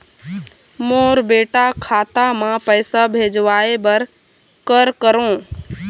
मोर बेटा खाता मा पैसा भेजवाए बर कर करों?